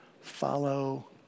follow